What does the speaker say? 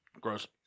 Gross